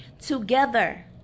together